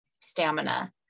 stamina